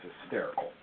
hysterical